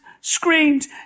screamed